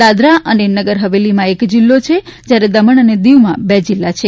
દાદરા અને નગર હવેલીમાં એક જીલ્લો છે જયારે દમણ અને દીવમાં બે જિલ્લા છે